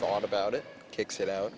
thought about it kicks it out